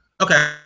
Okay